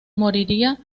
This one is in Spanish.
moriría